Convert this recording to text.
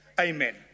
Amen